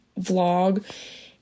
vlog